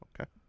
Okay